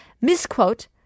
misquote